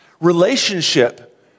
Relationship